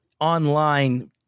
online